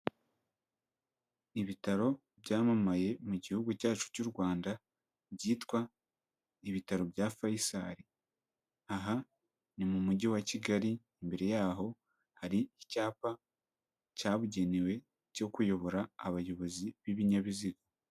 Ibitaro byamamaye mu gihugu cyacu cy'u Rwanda, byitwa ibitaro bya Faisal. Aha ni mu mujyi wa Kigali, imbere yaho hari icyapa cyabugenewe cyo kuyobora abayobozi b'ibinyabiziga.